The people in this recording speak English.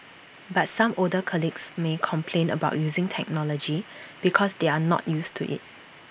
but some older colleagues may complain about using technology because they are not used to IT